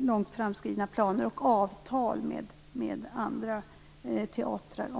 långt framskridna planer och avtal med andra teatrar.